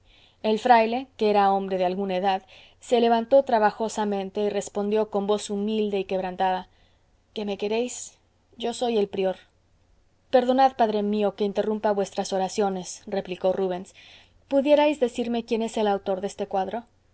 el fraile que era hombre de alguna edad se levantó trabajosamente y respondió con voz humilde y quebrantada qué me queréis yo soy el prior perdonad padre mío que interrumpa vuestras oraciones replicó rubens pudierais decirme quién es el autor de este cuadro